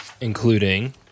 Including